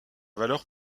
valeur